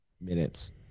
minutes